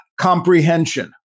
comprehension